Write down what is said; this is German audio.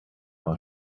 war